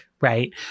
right